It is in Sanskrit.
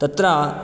तत्र